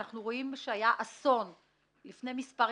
ראינו את האסון שהיה לפני מספר ימים,